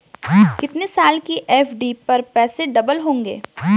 कितने साल की एफ.डी पर पैसे डबल होंगे?